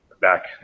back